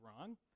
wrong